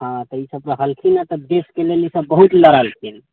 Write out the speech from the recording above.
हँ ईसभ हलखिन ने ईसभ देशके लेल बहुत लड़लखिन